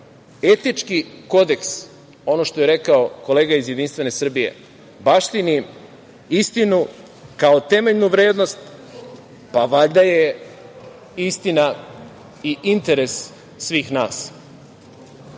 kodeks, ono što je rekao kolega iz JS, baštini istinu, kao temeljnu vrednost, pa valjda je istina i interes svih nas.